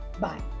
Bye